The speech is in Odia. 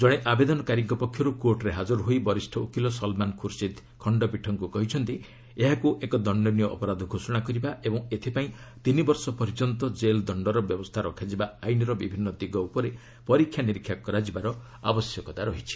ଜଣେ ଆବେଦନକାରୀଙ୍କ ପକ୍ଷରୁ କୋର୍ଟରେ ହାଜର ହୋଇ ବରିଷ୍ଠ ଓକିଲ ସଲ୍ମାନ୍ ଖୁସିଦ୍ ଖଣ୍ଡପୀଠଙ୍କୁ କହିଛନ୍ତି ଏହାକୁ ଏକ ଦଶ୍ଚନୀୟ ଅପରାଧ ଘୋଷଣା କରିବା ଓ ଏଥିପାଇଁ ତିନି ବର୍ଷ ପର୍ଯ୍ୟନ୍ତ ଜେଲ୍ ଦଶ୍ଚର ବ୍ୟବସ୍ଥା ରଖାଯିବା ଆଇନର ବିଭିନ୍ନ ଦିଗ ଉପରେ ପରୀକ୍ଷା ନିରୀକ୍ଷା କରାଯିବାର ଆବଶ୍ୟକତା ରହିଛି